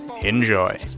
Enjoy